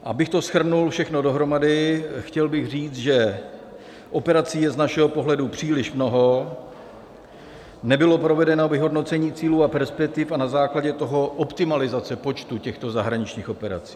Abych to shrnul všechno dohromady, chtěl bych říct, že operací je z našeho pohledu příliš mnoho, nebylo provedeno vyhodnocení cílů a perspektiv a na základě toho optimalizace počtu těchto zahraničních operací.